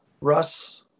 Russ